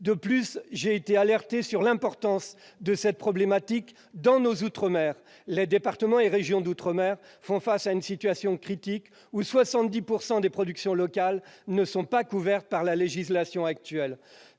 ailleurs, j'ai été alerté sur l'importance de cette problématique dans nos outre-mer. Nos départements et régions d'outre-mer font face à une situation critique, 70 % des productions locales n'étant pas couvertes par la législation actuelle.